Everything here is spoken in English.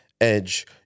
edge